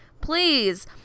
Please